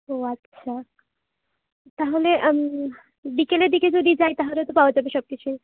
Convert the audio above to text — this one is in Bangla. ও আচ্ছা তাহলে বিকেলের দিকে যদি যাই তাহলে তো পাওয়া যাবে সব কিছুই